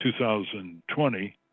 2020